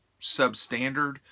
substandard